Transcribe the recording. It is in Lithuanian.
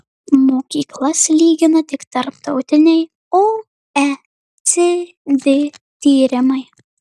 mokyklas lygina tik tarptautiniai oecd tyrimai